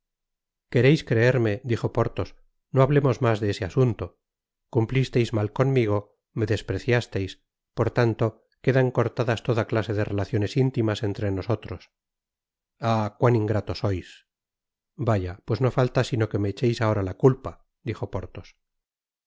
quereis creerme dijo porthos no hablemos mas de ese asunto cumplisteis mal conmigo me despreciasteis por tanto quedan cortadas toda clase de relaciones intimas entre nosotros ah cuán ingrato sois vaya pues no falta sino que me echeis ahora la culpa dijo porthos